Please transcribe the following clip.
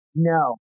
No